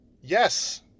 Yes